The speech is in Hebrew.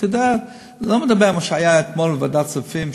ואני לא מדבר על מה שהיה אתמול בוועדת כספים.